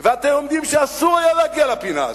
ואתם יודעים שאסור היה להגיע לפינה הזו,